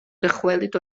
dychwelyd